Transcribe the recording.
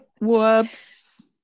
Whoops